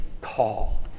call